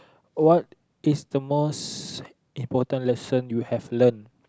what is the most important lesson you have learn